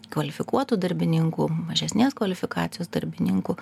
kvalifikuotų darbininkų mažesnės kvalifikacijos darbininkų